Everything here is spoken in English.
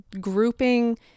grouping